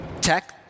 tech